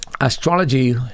astrology